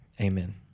Amen